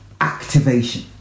activation